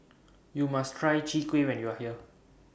YOU must Try Chwee Kueh when YOU Are here